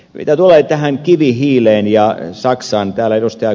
mitä tulee kivihiileen ja saksaan täällä ed